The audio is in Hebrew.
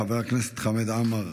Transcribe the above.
חבר הכנסת חמד עמאר,